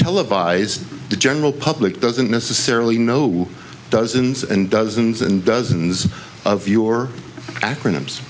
televised the general public doesn't necessarily know dozens and dozens and dozens of your acronyms